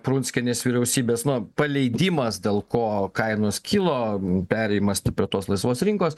prunskienės vyriausybės paleidimas dėl ko kainos kilo perėjimas prie tos laisvos rinkos